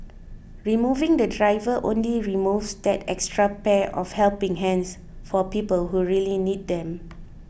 removing the driver only removes that extra pair of helping hands for people who really need them